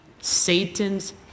Satan's